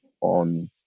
on